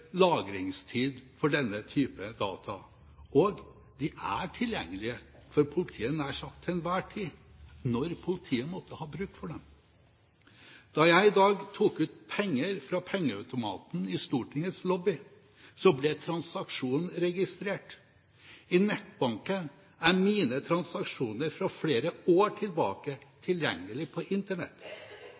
lagringstid for denne type data, og de er tilgjengelige for politiet nær sagt til enhver tid, når politiet måtte ha bruk for dem. Da jeg i dag tok ut penger fra pengeautomaten i Stortingets lobby, ble transaksjonen registrert. I nettbanken er mine transaksjoner fra flere år tilbake tilgjengelig på Internett.